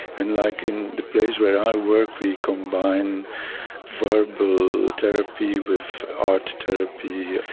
and like in the place where i work we combined verbal therapy with art therapy,